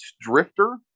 drifter